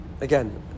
Again